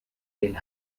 den